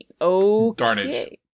Okay